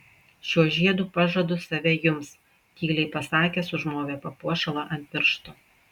šiuo žiedu pažadu save jums tyliai pasakęs užmovė papuošalą ant piršto